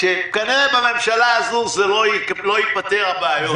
שכנראה בממשלה הזאת לא ייפתרו הבעיות.